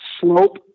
slope